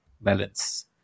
balance